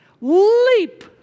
leap